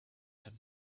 him